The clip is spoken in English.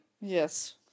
Yes